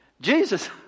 Jesus